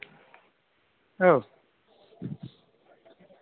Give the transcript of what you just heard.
औ